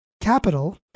Capital